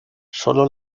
solo